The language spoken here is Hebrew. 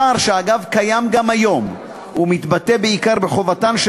פער שאגב קיים גם היום ומתבטא בעיקר בחובתן של